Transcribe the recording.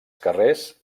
carrers